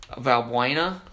Valbuena